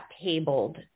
tabled